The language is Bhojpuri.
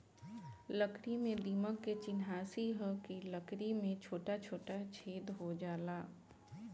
लकड़ी में दीमक के चिन्हासी ह कि लकड़ी में छोटा छोटा छेद हो जाला